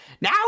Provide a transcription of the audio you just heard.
Now